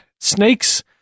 snakes